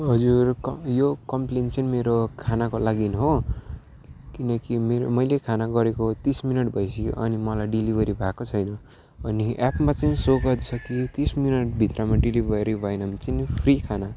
हजुर क यो कम्प्लेन चाहिँ मेरो खानाको लागि हो किनकि मेरो मैले खाना गरेको तिस मिनट भइसक्यो अनि मलाई डेलिभरी भएको छैन अनि एपमा चाहिँ सो गर्दैछ कि तिस मिनटभित्रमा डेलिभरी भएन भने चाहिँ नि फ्री खाना